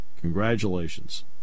congratulations